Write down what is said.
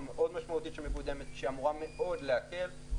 מאוד משמעותית שמקודמת שאמורה מאוד להקל,